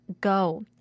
go